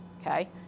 okay